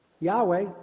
Yahweh